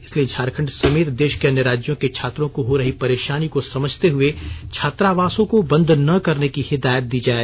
इसलिए झारखण्ड समेत देश के अन्य राज्यों के छात्रों को हो रही परेशानी को समझते हुए छात्रावासों को बंद ना करने की हिदायत दी जाए